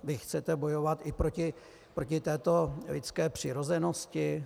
Vy chcete bojovat i proti této lidské přirozenosti?